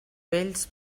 vells